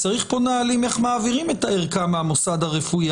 צריך פה נהלים איך מעבירים את הערכה מהמוסד הרפואי.